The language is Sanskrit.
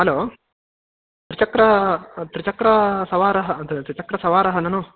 हलो त्रिचक्र त्रिचक्रसवारः त्रिचक्रसवारः ननु